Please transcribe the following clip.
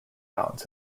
mounds